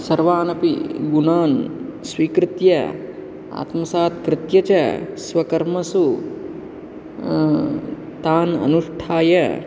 सर्वान् अपि गुणान् स्वीकृत्य आत्मसात् कृत्य च स्वकर्मसु तान् अनुष्ठाय